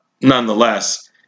nonetheless